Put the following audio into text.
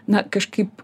na kažkaip